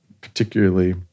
particularly